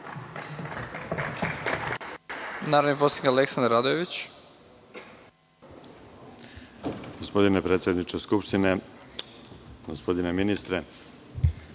Izvolite. **Aleksandar Radojević** Gospodine predsedniče Skupštine, gospodine ministre,